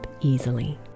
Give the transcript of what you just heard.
easily